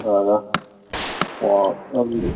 ꯑꯣ ꯑꯣꯖꯥ ꯑꯣ ꯑꯗꯨꯗꯤ